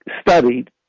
studied